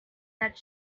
that